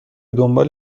دنبال